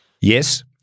Yes